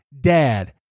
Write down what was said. Dad